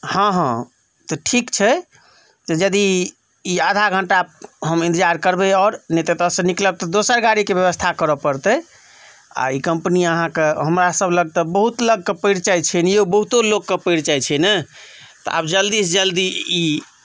हॅं हॅं तऽ ठीक छै तऽ यदि ई आधा घंटा हम इन्तजार करबै आओर नहि तऽ एतऽ सँ निकलब तऽ दोसर गाड़ीके व्यवस्था करऽ पड़तै